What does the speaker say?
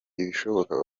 ibishoboka